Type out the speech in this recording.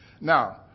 now